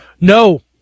No